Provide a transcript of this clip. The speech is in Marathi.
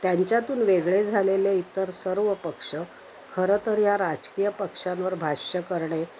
त्यांच्यातून वेगळे झालेले इतर सर्व पक्ष खरं तर या राजकीय पक्षांवर भाष्य करणे